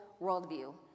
worldview